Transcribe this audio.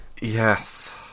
Yes